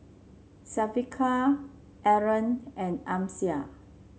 Syafiqah Aaron and Amsyar